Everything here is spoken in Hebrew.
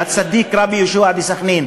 הצדיק רבי יהושע דסכנין,